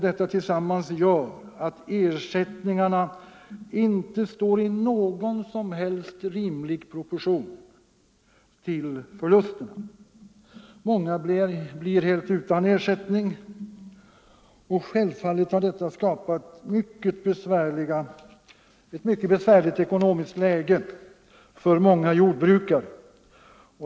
Detta tillsammans gör att ersättningarna inte står i någon som helst rimlig proportion till förlusterna. Många jordbrukare blir därför helt utan ersättning. Självfallet har detta skapat ett mycket besvärligt ekonomiskt läge för många jordbrukare.